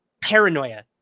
Paranoia